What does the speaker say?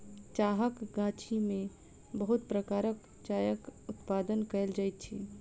चाहक गाछी में बहुत प्रकारक चायक उत्पादन कयल जाइत अछि